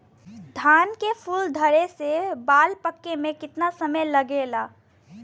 धान के फूल धरे से बाल पाके में कितना समय लागेला?